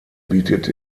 bietet